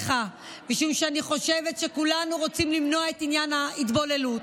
משום שאני חושבת שכולנו רוצים למנוע את עניין ההתבוללות,